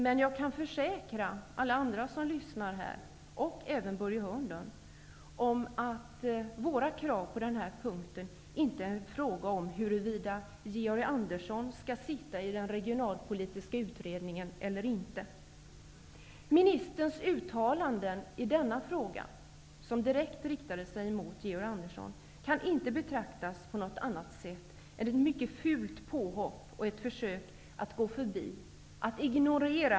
Men jag kan försäkra, Börje Hörnlund och alla ni som lyssnar här, att våra krav på denna punkt inte är en fråga om huruvida Georg Andersson skall sitta med i den regionalpolitiska utredningen eller inte. Ministerns uttalanden i denna fråga, vilka direkt var riktade till Georg Andersson, kan inte betraktas som något annat än ett mycket fult påhopp och ett försök att gå förbi här.